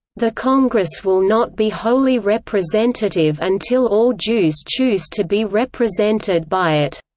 the congress will not be wholly representative until all jews choose to be represented by it.